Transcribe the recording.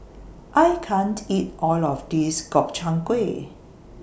I can't eat All of This Gobchang Gui